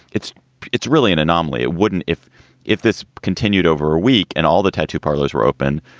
it's it's really an anomaly. it wouldn't if if this continued over a week and all the tattoo parlors were open.